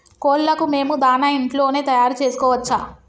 కోళ్లకు మేము దాణా ఇంట్లోనే తయారు చేసుకోవచ్చా?